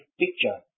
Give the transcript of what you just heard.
picture